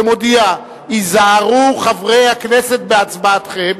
ומודיע: היזהרו חברי הכנסת בהצבעתכם,